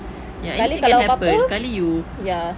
sekali kalau apa-apa ya